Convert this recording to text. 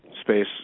space